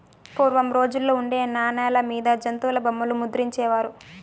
పూర్వం రోజుల్లో ఉండే నాణాల మీద జంతుల బొమ్మలు ముద్రించే వారు